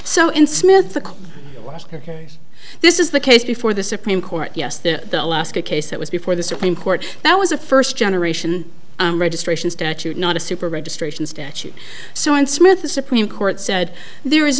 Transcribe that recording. so in smith this is the case before the supreme court yes the alaska case that was before the supreme court that was a first generation registration statute not a super registration statute so in smith the supreme court said there is